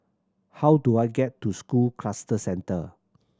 how do I get to School Cluster Centre